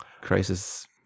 Crisis